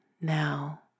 now